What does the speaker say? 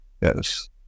Yes